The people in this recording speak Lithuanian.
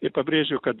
i pabrėžiu kad